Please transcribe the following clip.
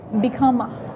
become